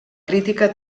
crítica